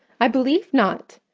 i believe not,